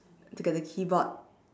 to get the keyboard